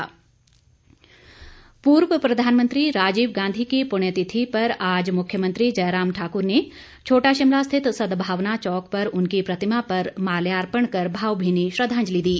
राजीव गांधी प्ण्यतिथि पूर्व प्रधानमंत्री राजीव गांधी की पुण्यतिथि पर आज मुख्यमंत्री जयराम ठाकुर ने छोटा शिमला स्थित सदभावना चौक पर उनकी प्रतिमा पर माल्यार्पण कर भावभीनी श्रद्धांजलि दी